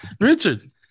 Richard